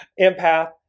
Empath